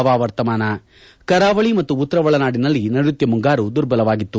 ಹವಾವರ್ತಮಾನ ಕರಾವಳಿ ಮತ್ತು ಉತ್ತರ ಒಳನಾಡಿನಲ್ಲಿ ನೈರುತ್ತ ಮುಂಗಾರು ದುರ್ಬಲವಾಗಿತ್ತು